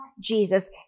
Jesus